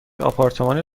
آپارتمان